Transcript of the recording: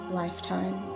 lifetime